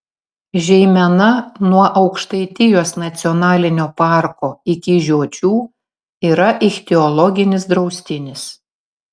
žeimena nuo aukštaitijos nacionalinio parko iki žiočių yra ichtiologinis draustinis